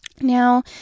Now